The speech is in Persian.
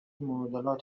معادلات